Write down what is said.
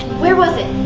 where was it?